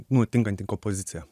nu tinkanti kompozicija